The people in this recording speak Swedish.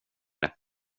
det